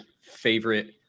favorite